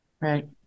Right